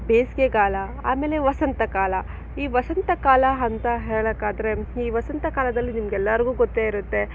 ಬೇಸಿಗೆಗಾಲ ಆಮೇಲೆ ವಸಂತಕಾಲ ಈ ವಸಂತಕಾಲ ಅಂತ ಹೇಳಕಾದ್ರೆ ಈ ವಸಂತಕಾಲದಲ್ಲಿ ನಿಮ್ಗೆಲ್ಲರ್ಗೂ ಗೊತ್ತೇ ಇರುತ್ತೆ